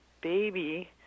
baby